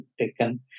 taken